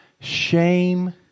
shame